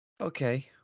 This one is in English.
okay